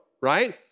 right